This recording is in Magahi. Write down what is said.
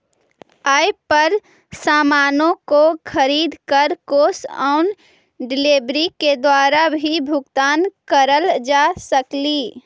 एप पर सामानों को खरीद कर कैश ऑन डिलीवरी के द्वारा भी भुगतान करल जा सकलई